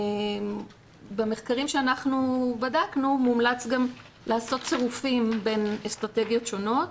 במחקרים שאנחנו בדקנו מומלץ גם לעשות צירופים בין אסטרטגיות שונות.